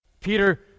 Peter